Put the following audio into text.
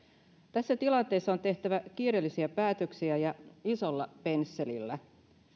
tässä tilanteessa on tehtävä kiireellisiä päätöksiä ja isolla pensselillä